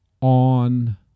on